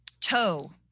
Toe